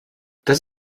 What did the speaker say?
das